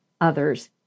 others